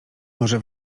może